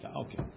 Okay